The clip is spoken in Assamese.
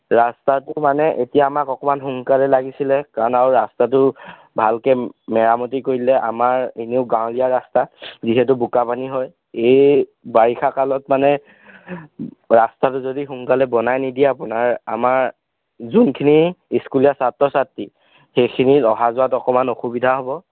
ৰাস্তাটো মানে এতিয়া আমাক অকণমান সোনকালে লাগিছিলে কাৰণ আৰু ৰাস্তাটো ভালকৈ মেৰামতি কৰিলে আমাৰ এনেও গাঁৱলীয়া ৰাস্তা যিহেতু বোকাপানী হয় এই বাৰিষা কালত মানে ৰাস্তাটো যদি সোনকালে বনাই নিদিয়ে আপোনাৰ আমাৰ যোনখিনি স্কুলীয়া ছাত্ৰ ছাত্ৰী সেইখিনিত অহা যোৱাত অকণমান অসুবিধা হ'ব